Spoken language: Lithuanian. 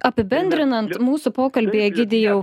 apibendrinant mūsų pokalbį egidijau